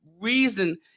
reason